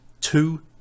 Two